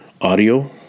audio